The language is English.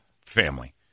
family